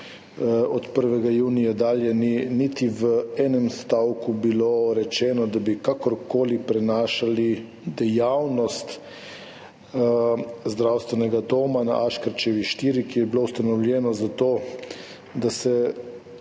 od 1. junija dalje ni niti v enem stavku bilo rečeno, da bi kakorkoli prenašali dejavnost zdravstvenega doma na Aškerčevi 4, ki je bil ustanovljen zato, da se